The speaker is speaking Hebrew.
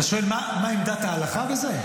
אתה שואל מה עמדת ההלכה בזה?